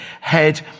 head